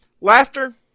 laughter